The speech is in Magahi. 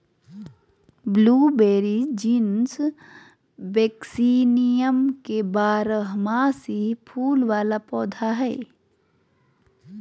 ब्लूबेरी जीनस वेक्सीनियम के बारहमासी फूल वला पौधा हइ